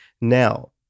now